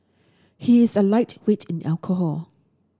he is a lightweight in alcohol